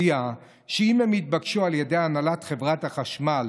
הודיע שאם הם יתבקשו על ידי הנהלת חברת החשמל,